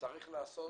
וצריך לעשות